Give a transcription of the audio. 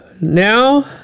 now